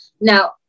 Now